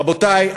רבותי,